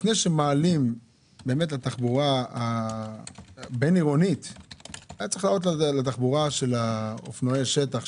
לפני שמעלים לתחבורה הבין עירונית היה צריך להעלות לאופנועי השטח,